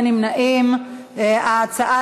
ההצעה